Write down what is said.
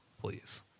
Please